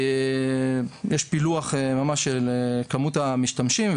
יש פילוח של כמות המשתמשים,